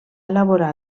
elaborar